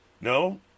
No